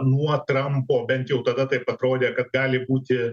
nuo trampo bent jau tada taip atrodė kad gali būti